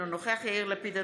אינו נוכח יאיר לפיד,